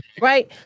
right